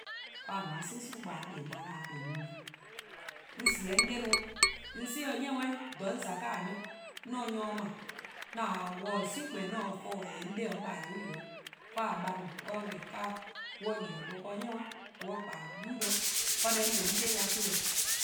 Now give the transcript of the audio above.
'Ka :a no :a 'si :gwie: 'i, :a 'kpa 'o na 'da, :a kpa 'o mu 'da,'on sie 'on 'de 'i 'weh, 'on 'si 'o 'ni worn 'i-dih, :dha 'on :za nyor :eh, 'on se nyor 'ble, 'on taa-dih 'si :kpeheh: 'on 'ye-a :forn :wehbeheh:, :yee' 'on 'de-: 'on :baa-: 'ye on yi de, :kaa :a :baa' no or dbo 'kaa: or yi-a :gwie: 'i 'de 'ni worn 'i on kpa-a yubu' de. Deh 'mor mlor 'on 'ye-a dih eh-: 'o.